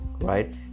right